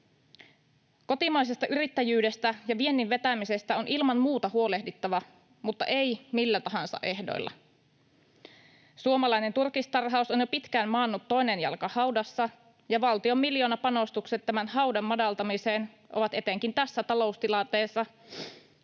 Kotimaisesta yrittäjyydestä ja viennin vetämisestä on ilman muuta huolehdittava mutta ei millä tahansa ehdoilla. Suomalainen turkistarhaus on jo pitkään maannut toinen jalka haudassa, ja valtion miljoonapanostukset tämän haudan madaltamiseen ovat etenkin tässä taloustilanteessa,